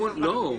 לא.